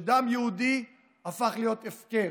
דם יהודי הפך להיות הפקר,